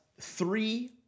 three